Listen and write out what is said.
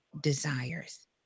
desires